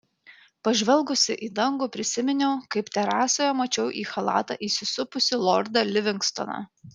pažvelgusi į dangų prisiminiau kaip terasoje mačiau į chalatą įsisupusį lordą livingstoną